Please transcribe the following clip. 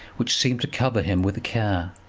which seemed to cover him with care,